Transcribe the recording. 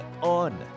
on